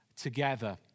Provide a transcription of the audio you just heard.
together